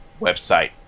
website